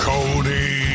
Cody